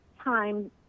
time